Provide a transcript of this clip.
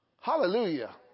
Hallelujah